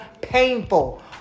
painful